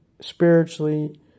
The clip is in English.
spiritually